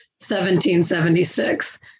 1776